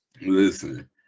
listen